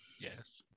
Yes